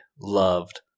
loved